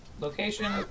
location